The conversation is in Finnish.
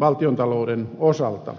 valtiontalouden osalta